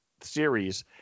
series